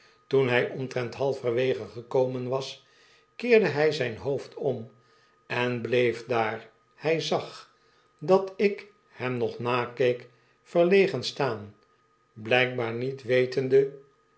toen hy omtrent halverwege gekomen was keerde hij zijn hoofd om en bleef daar h zag dat ik hem nog nakeek verlegen staan blijkbaar niet wetende